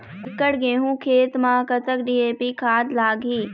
एकड़ गेहूं खेत म कतक डी.ए.पी खाद लाग ही?